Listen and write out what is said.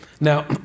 now